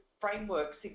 frameworks